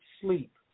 sleep